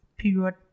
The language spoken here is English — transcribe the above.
period